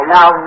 Now